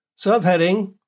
Subheading